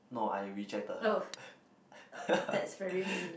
no I rejected her